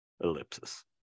Ellipsis